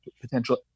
potential